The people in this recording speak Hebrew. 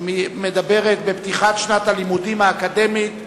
מדברות בפתיחת שנת הלימודים האקדמית.